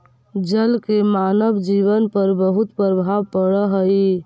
जल के मानव जीवन पर बहुत प्रभाव पड़ऽ हई